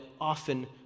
often